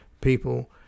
people